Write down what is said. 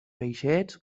peixets